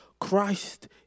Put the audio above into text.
Christ